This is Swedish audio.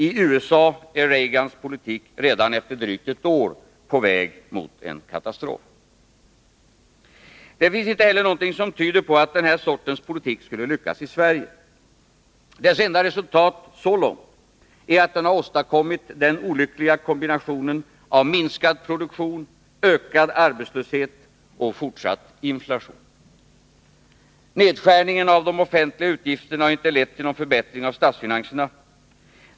I USA är Reagans politik redan efter drygt ett år på väg mot en katastrof. Det finns inte heller någonting som tyder på att den här sortens politik skulle lyckas i Sverige. Dess enda resultat så långt är att den har åstadkommit den olyckliga kombinationen av minskad produktion, ökad arbetslöshet och fortsatt inflation. Nedskärningen av de offentliga utgifterna har inte lett till någon förbättring av statsfinanserna.